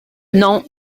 non